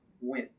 win